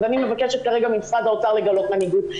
אז אני מבקשת כרגע ממשרד האוצר לגלות מנהיגות.